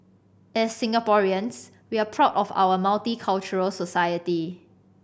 as Singaporeans we're proud of our multicultural society